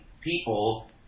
people